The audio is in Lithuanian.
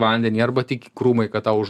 vandenį arba tik į krūmai kad tau už